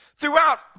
Throughout